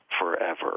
forever